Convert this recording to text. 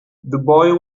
boy